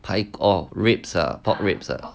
排骨 oh ribs ah pork ribs ah